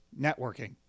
networking